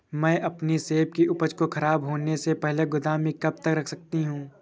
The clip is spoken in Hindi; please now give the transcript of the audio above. मैं अपनी सेब की उपज को ख़राब होने से पहले गोदाम में कब तक रख सकती हूँ?